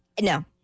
No